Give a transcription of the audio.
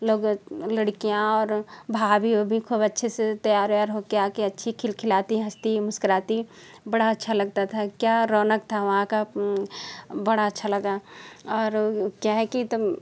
लोग लड़कियाँ और भाभी उभी खूब अच्छे से तैयार व्यार हो के आ के अच्छे खिलाखालते हंसते हुए मुस्कुराते बड़ा अच्छा लगता था क्या रौनक था वहाँ का बड़ा अच्छा लगा और क्या है कि तम